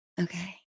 Okay